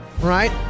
Right